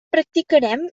practicarem